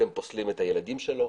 אתם פוסלים את הילדים שלו,